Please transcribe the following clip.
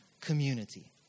community